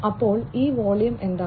അപ്പോൾ ഈ വോള്യം എന്താണ്